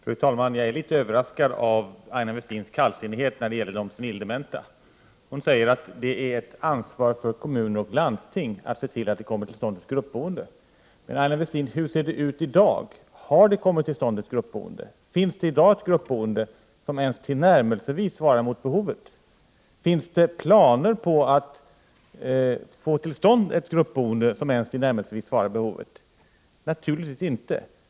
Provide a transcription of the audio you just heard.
Fru talman! Jag är litet överraskad av Aina Westins kallsinnighet när de gäller de senildementa. Hon säger att det är ett ansvar för kommuner och landsting att se till att ett gruppboende kommer till stånd. Men hur ser det ut dag, Aina Westin? Har gruppboende kommit till stånd? Finns det i dag et gruppboende som ens tillnärmelsevis svarar mot behovet? Finns det plane: på att få till stånd ett gruppboende som ens tillnärmelsevis svarar mo behovet? Naturligtvis inte!